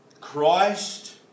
Christ